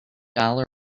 dollar